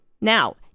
Now